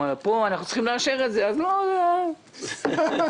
פה אנחנו צריכים לאשר את תקציב רשות ניירות ערך והכול שקט,